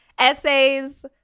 Essays